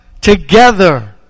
together